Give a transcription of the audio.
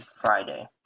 Friday